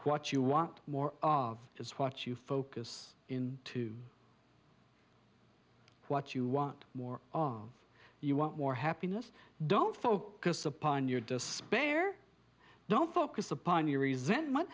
what you want more of is what you focus in to what you want more of you want more happiness don't focus upon your despair don't focus upon your resent mone